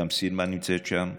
גם סילמן נמצאת שם.